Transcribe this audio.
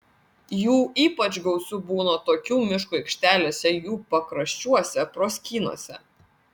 jų ypač gausu būna tokių miškų aikštelėse jų pakraščiuose proskynose